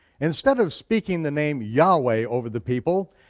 instead of speaking the name yahweh over the people,